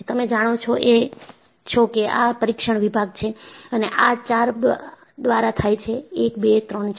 તમે જાણો છો કે આ પરીક્ષણ વિભાગ છે અને આ ચાર દ્વારા થાય છે એક બે ત્રણ અને ચાર